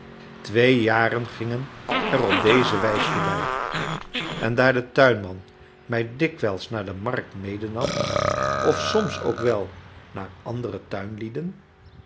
twee jaren gingen er op deze wijs voorbij en daar de tuinman mij dikwijls naar de markt medenam of soms ook wel naar andere